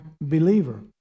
believer